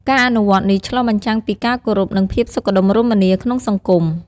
ការអនុវត្តនេះឆ្លុះបញ្ចាំងពីការគោរព និងភាពសុខដុមរមនាក្នុងសង្គម។